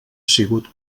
sigut